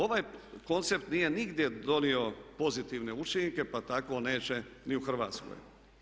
Ovaj koncept nije nigdje donio pozitivne učinke pa tako neće ni u Hrvatskoj.